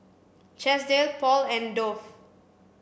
Chesdale Paul and Dove